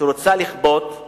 שרוצה לכפות את